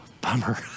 bummer